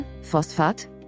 Phosphat